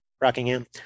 Rockingham